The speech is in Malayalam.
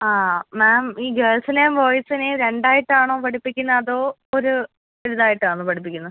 ആ മാം ഈ ഗേൾസിനെയും ബോയ്സിനെയും രണ്ടായിട്ടാണോ പഠിപ്പിക്കുന്നത് അതോ ഒരു ഒരു ഇതായിട്ടാണോ പഠിപ്പിക്കുന്നത്